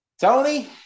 Tony